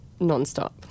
nonstop